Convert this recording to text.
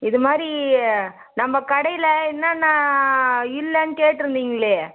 இது மாதிரி நம்ம கடையில் என்னென்ன இல்லைன்னு கேட்டிருந்தீங்களே